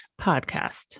podcast